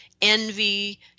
envy